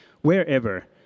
wherever